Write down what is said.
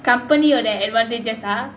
company உட:uda advantages are